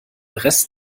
rest